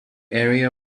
area